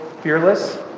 fearless